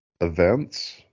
events